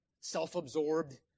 self-absorbed